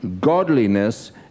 godliness